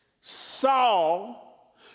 Saul